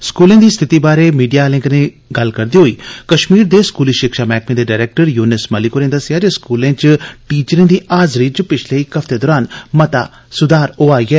स्कूलें दी स्थिति दे बारै च मीडिया आलें गी जानकारी दिन्दे होई कश्मीर दे स्कूली शिक्षा मैहकमे दे डरैक्टर यूनिस मलिक होरें दस्सेया जे स्कूलें च टीचरें दी हाजरी च पिच्छले इक हफ्ते दौरान मता स्धार होआ ऐ